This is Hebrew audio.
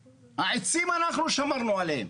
העצים, אנחנו שמרנו עליהם